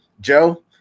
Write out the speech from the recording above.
joe